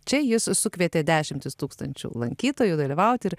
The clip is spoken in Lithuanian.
čia jis sukvietė dešimtis tūkstančių lankytojų dalyvauti ir